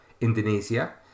Indonesia